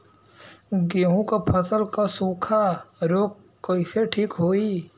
गेहूँक फसल क सूखा ऱोग कईसे ठीक होई?